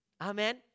Amen